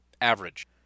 average